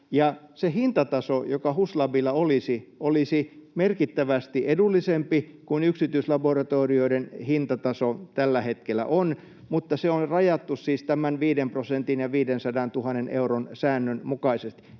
hintataso, joka HUS-LABilla olisi, olisi merkittävästi edullisempi kuin yksityislaboratorioiden hintataso tällä hetkellä on, mutta se on rajattu siis tämän 5 prosentin ja 500 000 euron säännön mukaisesti.